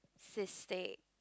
cystic